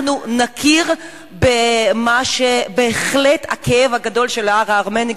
אנחנו נכיר במה שהוא בהחלט הכאב הגדול של העם הארמני.